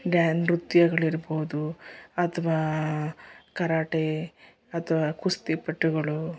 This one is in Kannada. ಡ್ಯಾ ನೃತ್ಯಗಳಿರ್ಬೋದು ಅಥವಾ ಕರಾಟೆ ಅಥ್ವಾ ಕುಸ್ತಿಪಟುಗಳು